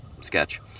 sketch